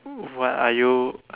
what are you